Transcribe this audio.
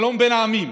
שלום בין העמים.